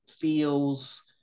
feels